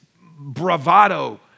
bravado